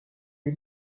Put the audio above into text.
des